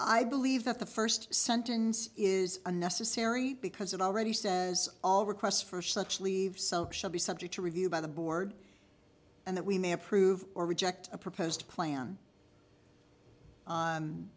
i believe that the first sentence is unnecessary because it already says all requests for such leave should be subject to review by the board and that we may approve or reject a proposed plan